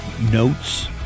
notes